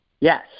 Yes